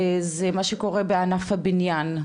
זה מה שקורה בענף הבניין,